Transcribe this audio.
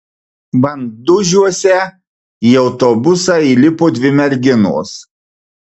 bandužiuose į autobusą įlipo dvi merginos